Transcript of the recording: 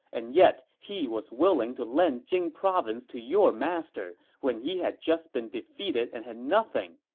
and yet he was willing to lend jing province to your master when he had just been defeated and had nothing,